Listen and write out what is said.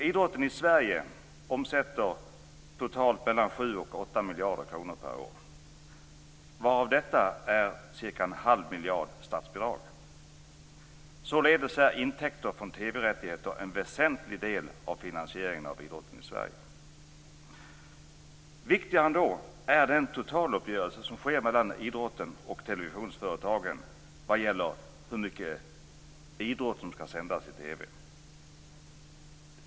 Idrotten i Sverige omsätter totalt 7-8 miljarder kronor per år, varav cirka en halv miljard är statsbidrag. Således är intäkter från TV-rättigheter en väsentlig del av finansieringen av idrotten i Sverige. Viktigare ändå är den totaluppgörelse som sker mellan idrotten och televisionsföretagen vad gäller hur mycket idrott som skall sändas i TV.